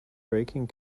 braking